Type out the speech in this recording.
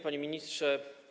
Panie Ministrze!